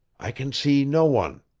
i can see no one.